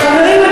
חברים,